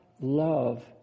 love